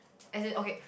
as in okay